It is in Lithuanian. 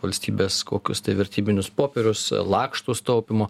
valstybės kokius vertybinius popierius lakštus taupymo